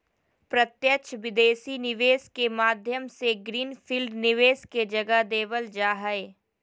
प्रत्यक्ष विदेशी निवेश के माध्यम से ग्रीन फील्ड निवेश के जगह देवल जा हय